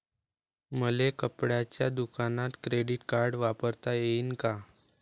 मले कपड्याच्या दुकानात क्रेडिट कार्ड वापरता येईन का?